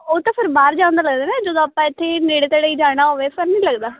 ਉਹ ਤਾਂ ਫਿਰ ਬਾਹਰ ਜਾਣ ਦਾ ਲੱਗਦਾ ਨਾ ਜਦੋਂ ਆਪਾਂ ਇੱਥੇ ਨੇੜੇ ਤੇੜੇ ਜਾਣਾ ਹੋਵੇ ਫਿਰ ਨਹੀਂ ਲੱਗਦਾ